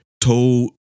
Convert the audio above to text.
told